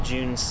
June